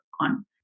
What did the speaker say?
on